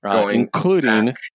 Including